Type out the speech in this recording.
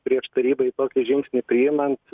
prieš tarybai tokį žingsnį priimant